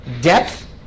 depth